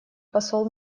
посол